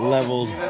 Leveled